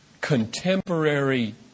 contemporary